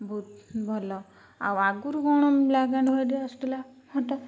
ବହୁତ ଭଲ ଆଉ ଆଗରୁ କ'ଣ ବ୍ଲାକ୍ ଆଣ୍ଡ୍ ହ୍ୱାଇଟ୍ ଆସୁଥିଲା ଫଟୋ